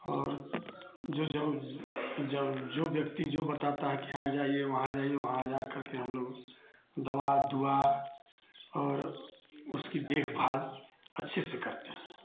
और जो जब जब जो व्यक्ति जो बताता है कि यहाँ जाइए वहाँ जाइए वहाँ जा करके हमलोग दवा दुआ और उसकी देखभाल अच्छे से करते हैं